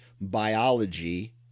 biology